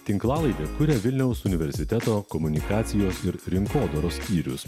tinklalaidę kuria vilniaus universiteto komunikacijos ir rinkodaros skyrius